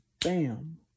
bam